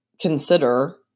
consider